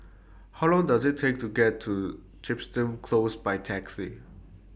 How Long Does IT Take to get to Chepstow Close By Taxi